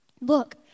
Look